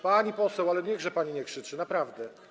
Pani poseł, ale niechże pani nie krzyczy, naprawdę.